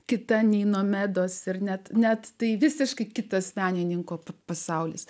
kita nei nomedos ir net net tai visiškai kitas menininko pasaulis